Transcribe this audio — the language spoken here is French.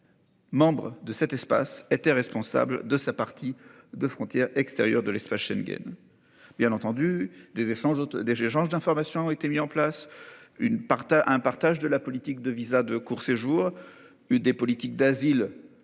Membre de cet espace était responsable de sa partie de frontière extérieure de l'espace Schengen. Bien entendu, des échanges, des échanges d'informations ont été mis en place une part à un partage de la politique de visas de court séjour. Une des politiques d'asile